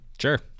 Sure